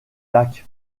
lac